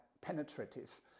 penetrative